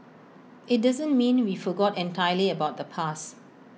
IT doesn't mean we forgot entirely about the past